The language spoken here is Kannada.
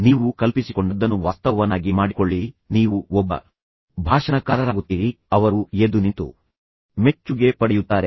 ನೀವು ಕಲ್ಪಿಸಿಕೊಂಡದ್ದನ್ನು ವಾಸ್ತವವನ್ನಾಗಿ ಮಾಡಿಕೊಳ್ಳಿ ನೀವು ಒಬ್ಬ ಭಾಷಣಕಾರರಾಗುತ್ತೀರಿ ಅವರು ಎದ್ದುನಿಂತು ಮೆಚ್ಚುಗೆ ಪಡೆಯುತ್ತಾರೆ